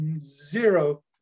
zero